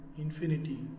infinity